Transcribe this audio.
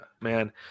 man